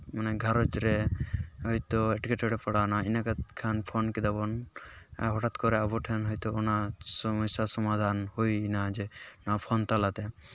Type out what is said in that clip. ᱢᱟᱱᱮ ᱜᱷᱟᱨᱚᱸᱡᱽ ᱨᱮ ᱦᱚᱭᱛᱳ ᱮᱴᱠᱮᱴᱚᱬᱮ ᱯᱟᱲᱟᱣᱮᱱᱟ ᱤᱱᱟᱹ ᱠᱷᱟᱱ ᱯᱷᱳᱱ ᱠᱮᱫᱟᱵᱚᱱ ᱦᱚᱴᱟᱛ ᱠᱚᱨᱮ ᱟᱵᱚ ᱴᱷᱮᱱ ᱦᱚᱭᱛᱳ ᱚᱱᱟ ᱥᱚᱢᱚᱥᱥᱟ ᱥᱚᱢᱟᱫᱷᱟᱱ ᱦᱩᱭ ᱮᱱᱟ ᱡᱮ ᱱᱚᱣᱟ ᱯᱷᱳᱱ ᱛᱟᱞᱟᱛᱮ